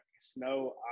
snow